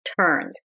turns